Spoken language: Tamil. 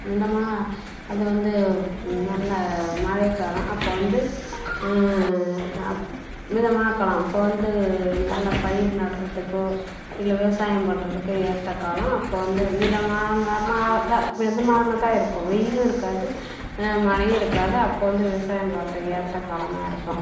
மிதமான அது வந்து நல்ல மழை காலம் அப்போ வந்து மிதமான காலம் அப்போ வந்து நல்ல பயிர் நடுறத்துக்கோ இல்லை விவசாயம் பண்ணுறதுக்கோ ஏற்ற காலம் அப்போ வந்து மிதமானதாக மிதமானதாக இருக்கும் வெயில் இருக்காது மழையும் இருக்காது அப்போ வந்து விவசாயம் பார்க்க ஏற்ற காலமாக இருக்கும்